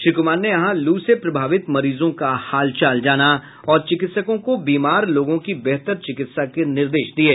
श्री कुमार ने यहां लू से प्रभावित मरीजों का हालचाल जाना और चिकित्सकों को बीमार लोगों की बेहतर चिकित्सा के निर्देश दिये